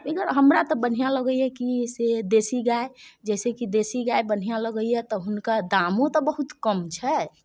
एहिमे हमरा तऽ बढ़िआँ लगैए कि से देशी गाय जैसेकि देशी गाय बढ़िआँ लगैए तऽ हुनका दामो तऽ बहुत कम छै